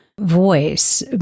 voice